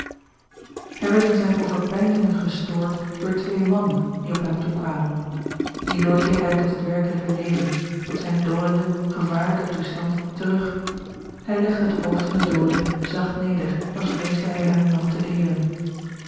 hij werd in zijne overpeinzingen gestoord door twee mannen die op hem toekwamen hierdoor keerde hij tot het werkelijke leven george een ongeluksvogel tot zijn dolenden gevaarlijken toestand terug hij legde het hoofd van den doode zacht neder als vreesde hij hem nog te deren